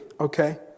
okay